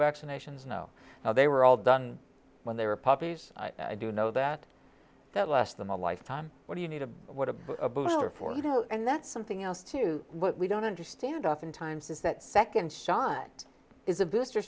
vaccinations no they were all done when they were puppies i do know that that last them a lifetime what do you need a what a booster for you know and that's something else to what we don't understand oftentimes is that second shot is a booster